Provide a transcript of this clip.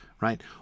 right